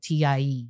TIE